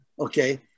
Okay